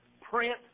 print